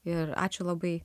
ir ačiū labai